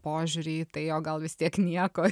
požiūrį į tai o gal vis tiek nieko